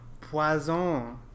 poison